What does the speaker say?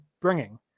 bringing